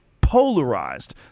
polarized